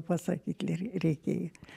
pasakyt reikėjo